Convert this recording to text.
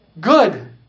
good